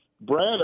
Brad